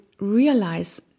realize